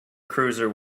cruiser